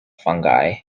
fungi